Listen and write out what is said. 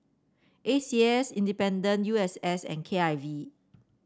A C S Independent U S S and K I V